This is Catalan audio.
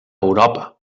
europa